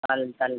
चालेल चालेल